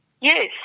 Yes